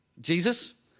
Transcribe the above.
Jesus